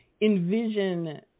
envision